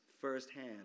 firsthand